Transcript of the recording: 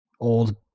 old